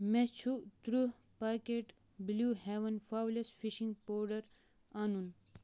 مےٚ چھُ تٕرٕہ پاکٮ۪ٹ بلوٗ ہٮ۪وٕن فولٮ۪س فِنِشنٛگ پوڈر اَنُن